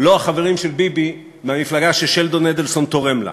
לא החברים של ביבי מהמפלגה ששלדון אדלסון תורם לה.